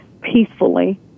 peacefully